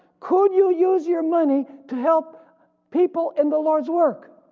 could you use your money to help people in the lord's work?